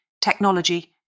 technology